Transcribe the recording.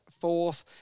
fourth